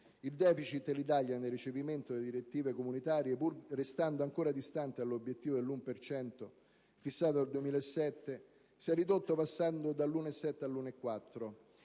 Il *deficit* dell'Italia nel recepimento delle direttive comunitarie, pur restando ancora distante dall'obiettivo dell'1 per cento fissato nel 2007, si è ridotto passando dall'1,7 per